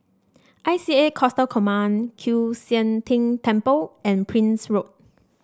I C A Coastal Command Kiew Sian King Temple and Prince Road